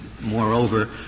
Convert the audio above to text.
moreover